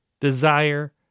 desire